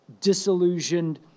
disillusioned